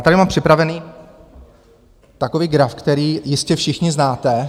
Já tady mám připravený takový graf, který jistě všichni znáte.